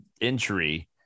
injury